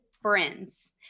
friends